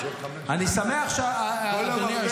כל המרבה הרי